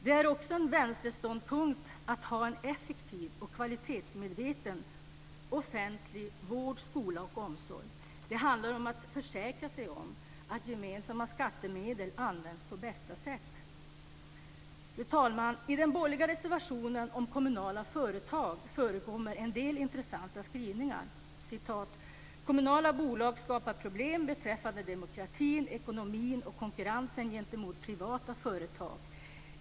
Det är också en vänsterståndpunkt att ha en effektiv och kvalitetsmedveten offentlig vård, skola och omsorg. Det handlar om att försäkra sig om att gemensamma skattemedel används på bästa sätt. Fru talman! I den borgerliga reservationen om kommunala företag förekommer en del intressanta skrivningar. "Kommunala bolag skapar problem beträffande demokratin, ekonomin och konkurrensen gentemot privata företag.